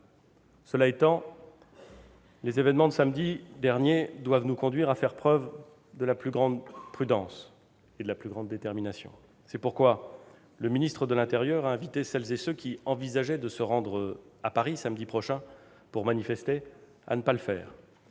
Cela étant, les événements de samedi dernier doivent nous conduire à faire preuve de la plus grande prudence et de la plus grande détermination. C'est pourquoi le ministre de l'intérieur a invité celles et ceux qui envisageaient de se rendre à Paris samedi prochain pour manifester à ne pas le faire.